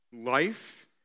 life